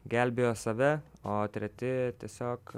gelbėjo save o treti tiesiog